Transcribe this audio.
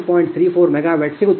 34 megawatt ಸಿಗುತ್ತದೆ